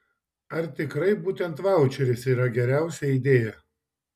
ar tikrai būtent vaučeris yra geriausia idėja